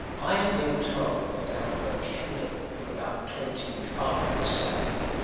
i have been told that out of a cabinet of about twenty five, say,